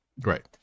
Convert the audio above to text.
right